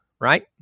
right